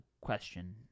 question